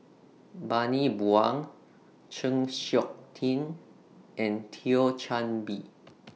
Bani Buang Chng Seok Tin and Thio Chan Bee